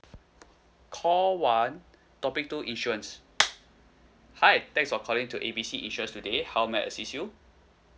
call one topic two insurance hi thanks for calling to A B C insurance today how may I assist you